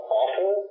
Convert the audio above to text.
awful